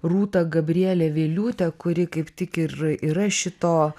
rūtą gabrielę vėliūtę kuri kaip tik ir yra šito